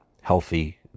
healthy